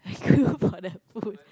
I queue for that food